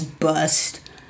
bust